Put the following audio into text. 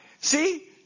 See